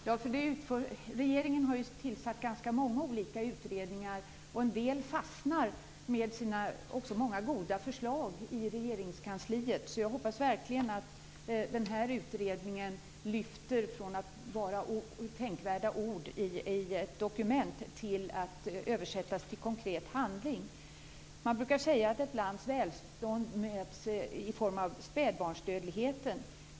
Herr talman! Regeringen har ju tillsatt ganska många olika utredningar, och en del fastnar i Regeringskansliet med sina många goda förslag. Jag hoppas verkligen att den här utredningen lyfter från att vara tänkvärda ord i ett dokument till att översättas till konkret handling. Man brukar säga att ett lands välstånd mäts i form av spädbarnsdödligheten.